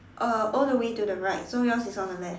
uh all the way to the right so yours is on the left